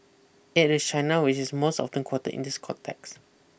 it is China which is most often quote in this context